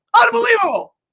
Unbelievable